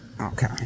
okay